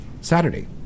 Saturday